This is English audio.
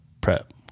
prep